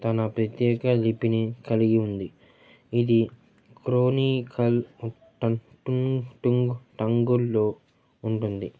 తన ప్రత్యేక లిపిని కలిగి ఉంది ఇది క్రోనీకల్ ఉ టం టు టుంగ్ టంగుల్లో ఉంటుంది